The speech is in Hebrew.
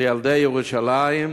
לילדי ירושלים.